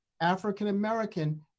African-American